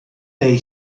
they